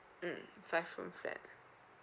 mm five room flat